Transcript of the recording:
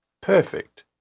perfect